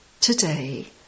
Today